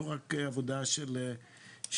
לא רק עבודה ביורוקרטית,